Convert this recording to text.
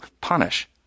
punish